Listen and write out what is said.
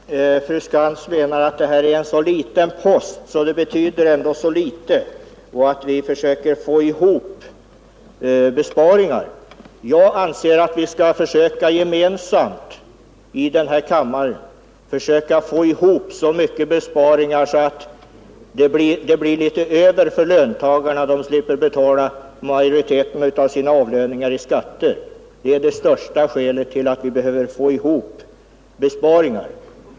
Herr talman! Fru Skantz menar att det här är en så liten post att den inte betyder så mycket och att vi försöker få ihop besparingar. Jag anser att vi gemensamt i den här kammaren skall försöka få ihop så mycket besparingar att det blir litet mer över för löntagarna, så att de slipper betala det mesta av sina avlöningar i skatter. Det är det främsta skälet till att vi behöver få ihop besparingar.